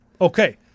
Okay